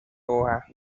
hoja